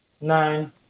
Nine